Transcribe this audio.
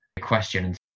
question